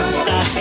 stop